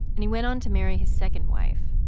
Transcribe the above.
and he went on to marry his second wife,